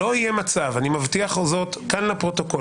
אני מבטיח זאת כאן לפרוטוקול,